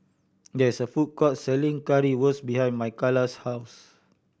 there is a food court selling Currywurst behind Makaila's house